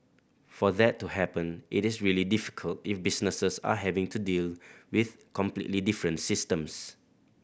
for that to happen it is really difficult if businesses are having to deal with completely different systems